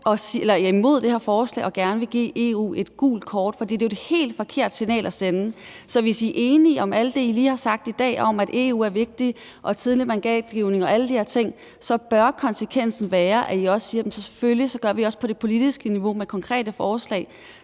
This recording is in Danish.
og gerne vil give EU et gult kort, for det er jo et helt forkert signal at sende. Så hvis I er enige i alt det, der er sagt i dag om, at EU er vigtigt, og alt det om tidlig mandatgivning og alle de her ting, bør konsekvensen være, at I også siger, at vi selvfølgelig også på det politiske niveau kommer med konkrete forslag,